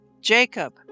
Jacob